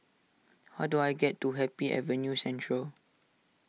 how do I get to Happy Avenue Central